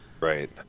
right